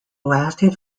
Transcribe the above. lasted